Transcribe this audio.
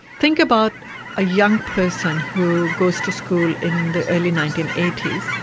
think about a young person who goes to school in the early nineteen eighty s,